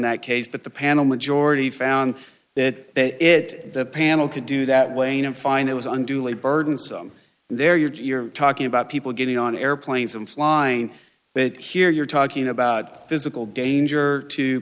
that case but the panel majority found that it the panel could do that wayne and find it was unduly burdensome there you're talking about people getting on airplanes and flying but here you're talking about physical danger to